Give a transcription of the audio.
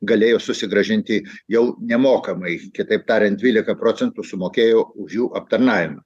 galėjo susigrąžinti jau nemokamai kitaip tariant dvylika procentų sumokėjo už jų aptarnavimą